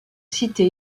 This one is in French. cité